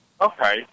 Okay